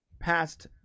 past